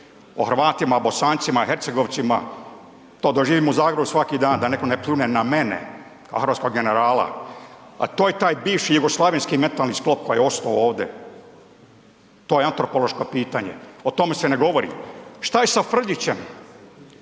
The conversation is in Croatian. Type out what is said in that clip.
o Hrvatima, Bosancima, Hercegovcima, to doživim u Zagrebu svaki dan da neko ne pljune na mene hrvatskog generala. A to je taj bivši jugoslavenski mentalni sklop koji je osto ovde. To je antropološko pitanje. O tome se ne govori. Šta je sa Frljićem?